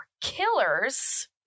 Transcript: killers